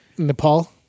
Nepal